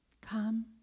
Come